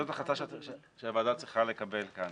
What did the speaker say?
זאת החלטה שהוועדה צריכה לקבל כאן.